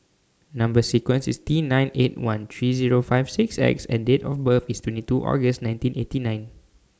Number sequence IS T nine eight one three Zero five six X and Date of birth IS twenty two August nineteen eighty nine